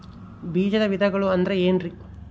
ಬೇಜದ ವಿಧಗಳು ಅಂದ್ರೆ ಏನ್ರಿ?